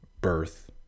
birth